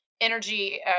energy